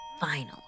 final